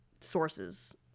sources